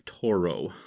Toro